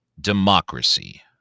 democracy